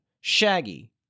Shaggy